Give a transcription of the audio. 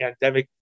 pandemic